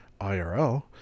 IRL